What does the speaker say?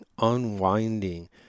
unwinding